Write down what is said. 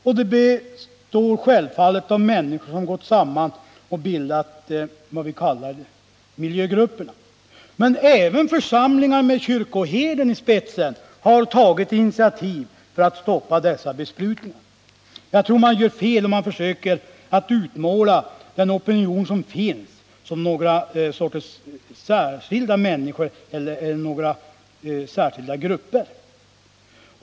Och de består självfallet även av människor som gått samman och bildat det vi kallar miljögrupper. Men också församlingar, med kyrkoherden i spetsen, har tagit initiativ för att stoppa dessa besprutningar. Jag tror man gör fel om man försöker utmåla den opinion som finns som en särskild sorts människor eller som speciella grupper.